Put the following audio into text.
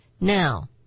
Now